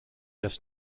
this